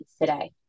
today